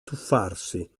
tuffarsi